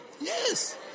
Yes